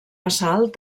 assalt